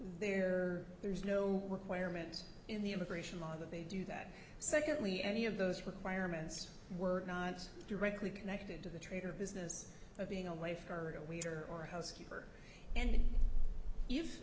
there there's no requirement in the immigration law that they do that secondly any of those requirements were not directly connected to the trade or business of being away for a waiter or a housekeeper and